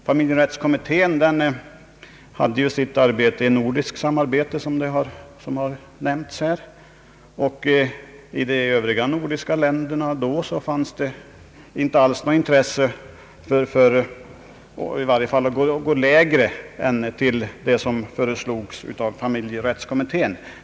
Familjerättskommittén arbetade i nordiskt samarbete, vilket har nämnts här, och i de övriga nordiska länderna fanns det inget intresse för att gå lägre än till det som föreslogs av familjerättskommittén.